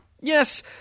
Yes